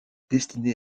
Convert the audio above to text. destinés